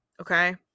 Okay